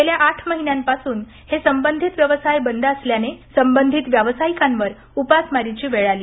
गेल्या आठ महिन्या पासुन हे सबंधीत व्यवसाय बंद असल्याने सबंधीत व्यावसायिकांवर उपासमारीची पाळी आली आहे